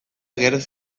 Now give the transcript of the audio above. geroz